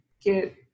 get